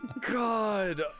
God